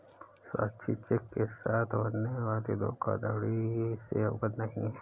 साक्षी check के साथ होने वाली धोखाधड़ी से अवगत नहीं है